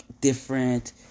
different